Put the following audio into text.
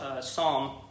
psalm